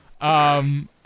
Um-